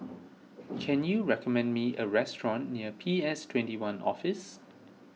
can you recommend me a restaurant near P S twenty one Office